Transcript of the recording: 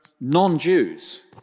non-Jews